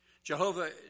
Jehovah